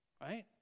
Right